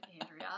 Andrea